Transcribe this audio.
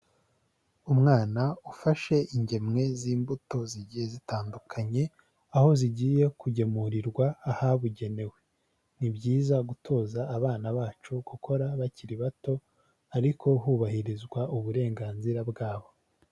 Umwana ufashe ingemwe z'imbuto zigiye zitandukanye, aho zigiye kugemurirwa ahabugenewe. Ni byiza gutoza abana bacu gukora bakiri bato ariko hubahirizwa uburenganzira bwabo.